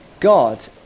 God